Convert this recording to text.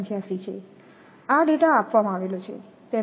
85 છે આ ડેટા આપવામાં આવ્યો છે